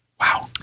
Wow